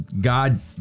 God